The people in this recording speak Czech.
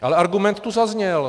Ale argument tady zazněl.